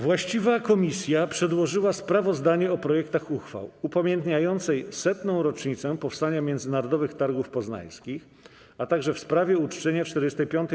Właściwa komisja przedłożyła sprawozdania o projektach uchwał: - upamiętniającej 100. rocznicę powstania Międzynarodowych Targów Poznańskich, - w sprawie uczczenia 45-tej.